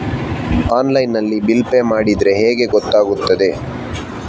Online ನಲ್ಲಿ bill pay ಮಾಡಿದ್ರೆ ಹೇಗೆ ಗೊತ್ತಾಗುತ್ತದೆ?